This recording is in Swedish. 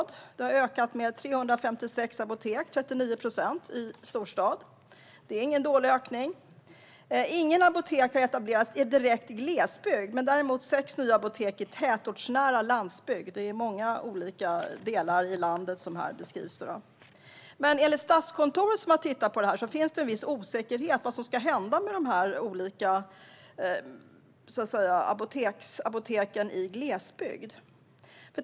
Där har antalet apotek ökat med 356 stycken, vilket motsvarar 39 procent. Det är ingen dålig ökning. Inget apotek har etablerats i direkt glesbygd, men däremot finns det sex nya apotek i tätortsnära landsbygd - det är många olika delar av landet som här beskrivs. Enligt Statskontoret, som har tittat på det här, finns det en viss osäkerhet gällande vad som ska hända med de olika apoteken i glesbygd.